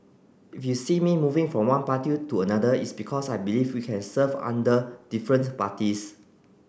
if you see me moving from one party to another it's because I believe we can serve under different parties